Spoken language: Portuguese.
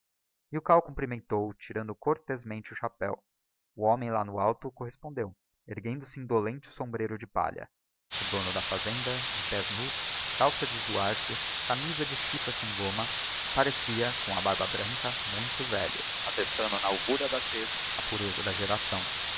milkau cumprimentou tirando cortezmente o chapéu o homem lá no alto correspondeu erguendo indolente o sombreiro de palha o dono da fazenda de pés nús calça de zuarte camisa de chita sem gomma parecia com a barba branca muito velho attestando na alvura da tez a pureza da geração